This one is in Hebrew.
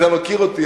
אתה מכיר אותי,